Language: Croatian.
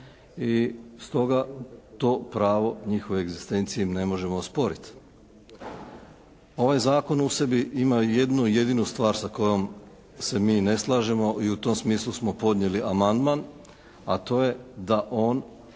i stoga to pravo njihove egzistencije im ne možemo osporiti. Ovaj zakon u sebi ima i jednu jedinu stvar sa kojom se mi ne slažemo i u tom smislu smo podnijeli amandman, a to je da on